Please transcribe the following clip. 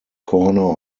corner